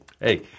Hey